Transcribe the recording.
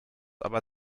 aber